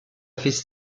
fait